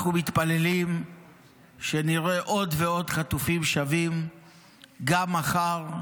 אנחנו מתפללים שנראה עוד ועוד חטופים שבים גם מחר,